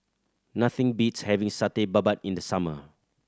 nothing beats having Satay Babat in the summer